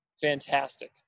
Fantastic